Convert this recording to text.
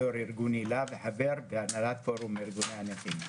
יו"ר ארגון איל"ה וחבר בהנהלת פורום ארגוני הנכים.